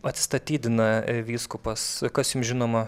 atsistatydina vyskupas kas jum žinoma